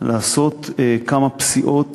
לעשות כמה פסיעות